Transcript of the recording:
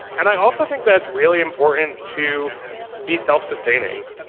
and i also think that's really important to be self sustaining.